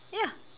ya